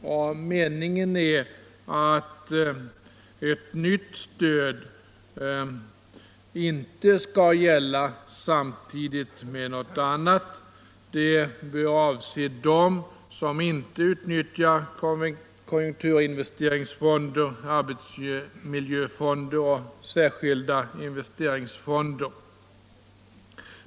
Och meningen är att ett nytt stöd inte skall gälla samtidigt med ett annat. Det nya stödet bör avse företag som inte utnyttjar konjunkturinvesteringsfonder, arbetsmiljöfonder och särskilda investeringsfonder.